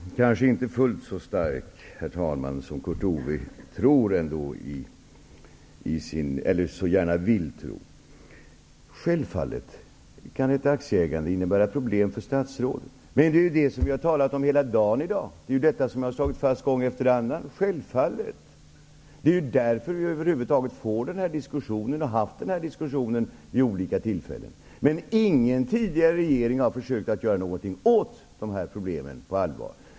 Herr talman! Kanske inte fullt så stark som Kurt Ove Johansson så gärna vill tro. Självfallet kan ett aktieägande innebära problem för ett statsråd. Det är detta som vi har talat om hela dagen. Det har vi slagit fast gång efter annan. Det är därför vi över huvud taget har fått den här diskussionen och diskuterat frågan vid olika tillfällen. Men ingen tidigare regering har på allvar försökt göra något åt dessa problem.